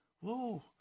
Whoa